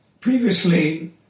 Previously